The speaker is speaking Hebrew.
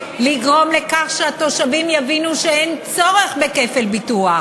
לגרום לכך שהתושבים יבינו שאין צורך בכפל ביטוח